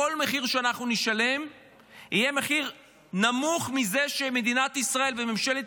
כל מחיר שאנחנו נשלם יהיה מחיר נמוך מזה שמדינת ישראל וממשלת